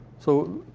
so.